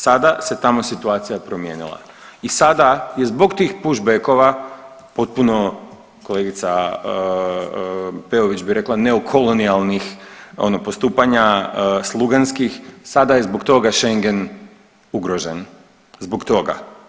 Sada se tamo situacija promijenila i sada je zbog tih push backova potpuno kolegica Peović bi rekla neokolonijalnih ono postupanja sluganskih, sada je zbog toga Schengen ugrožen zbog toga.